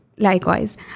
Likewise